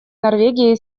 норвегии